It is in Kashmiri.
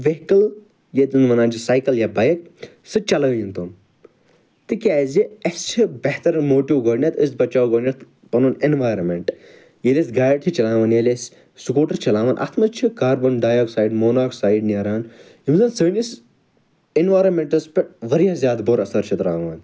ویٚہکٕل یتھ زن ونان چھِ سایکل یا بایک سۄ چَلٲوِن تِم تِکیٛازِ اسہِ چھِ بہتر موٹِو گۄڈٕنیٚتھ أسۍ بچاوو گۄڈٕنیٚتھ پَنن ایٚنویٚرانمیٚنٹ ییٚلہ أسۍ گاڑِ چھِ چَلاوان ییٚلہِ أسۍ سکوٹر چھ چلاوان اَتھ مَنٛزچھُ کاربن ڈایی آوکسایڈ موناکسایڈ نیران یِم زَن سٲنِس ایٚنویٚرانمیٚنٹَس پٮ۪ٹھ واریاہ زیادٕ بُرٕ اَثَر چھِ ترٛاوان